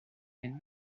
and